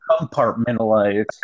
compartmentalize